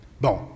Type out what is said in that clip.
Bon